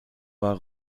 war